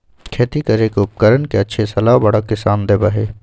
खेती करे के उपकरण के अच्छी सलाह बड़ा किसान देबा हई